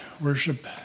worship